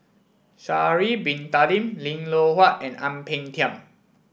Sha'ari Bin Tadin Lim Loh Huat and Ang Peng Tiam